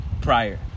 prior